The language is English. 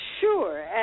Sure